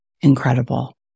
incredible